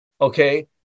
okay